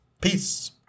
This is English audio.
Peace